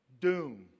Doom